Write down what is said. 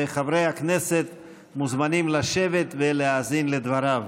וחברי הכנסת מוזמנים לשבת ולהאזין לדבריו.